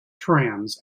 trams